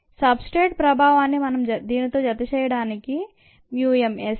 sub straight ప్రభవాన్ని మనం దీనితో జతచేయడానికి mu m S